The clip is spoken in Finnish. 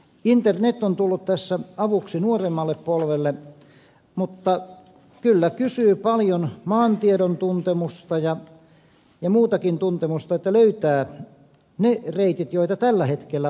internet on tullut tässä avuksi nuoremmalle polvelle mutta kyllä kysyy paljon maantiedon tuntemusta ja muutakin tuntemusta että löytää ne reitit joita tällä hetkellä on olemassa